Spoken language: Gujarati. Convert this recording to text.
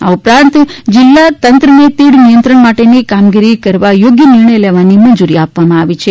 આ ઉપરાંચ જિલ્લા તંત્રને તીડ નિંયત્રણ માટેની કામગીરી કરવા યોગ્ય નિર્ણય લેવાની મંજૂરી આપવામાં આવી છે